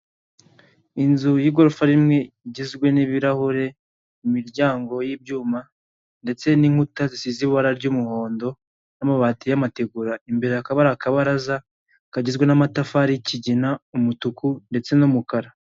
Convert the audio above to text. Inzu y'igorofa rimwe igizwe n'ibirahure, imiryango y'ibyuma ndetse n'inkuta zisize ibara ry'umuhondo n'amabati n'amategura, imbere hakaba hari akabaraza kagizwe n'amatafari y'ikigina umutuku ndetse n'umukara.